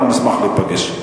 חבר הכנסת גאלב מג'אדלה.